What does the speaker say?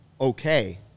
okay